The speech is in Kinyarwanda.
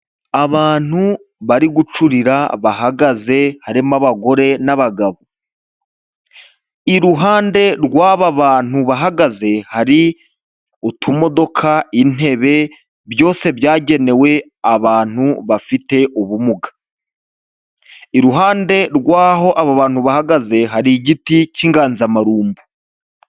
Abantu bari gucurira bahagaze, harimo abagore n'abagabo, iruhande rw'aba bantu bahagaze hari utumodoka, intebe byose byagenewe abantu bafite ubumuga, iruhande rw'aho abo bantu bahagaze hari igiti k'inganzamarumbo.